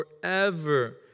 forever